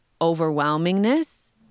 overwhelmingness